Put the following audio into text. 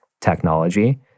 technology